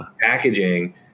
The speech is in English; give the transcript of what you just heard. packaging